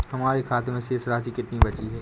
हमारे खाते में शेष राशि कितनी बची है?